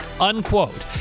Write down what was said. unquote